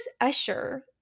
Usher